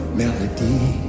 melody